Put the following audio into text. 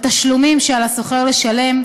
התשלומים שעל השוכר לשלם,